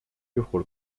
juhul